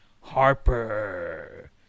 Harper